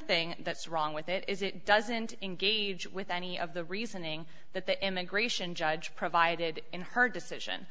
thing that's wrong with it is it doesn't engage with any of the reasoning that the immigration judge provided in her decision